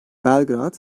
belgrad